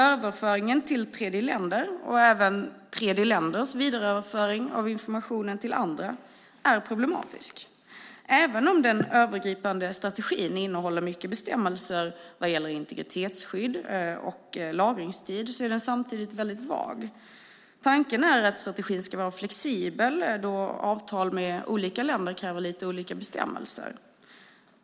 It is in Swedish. Överföringen till tredjeländer - också tredjeländers vidareöverföring av informationen till andra länder - är problematisk. Även om den övergripande strategin innehåller många bestämmelser om integritetsskydd och lagringstid är den samtidigt väldigt vag. Tanken är att strategin ska vara flexibel då avtal med olika länder kräver lite olika bestämmelser.